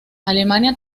alemania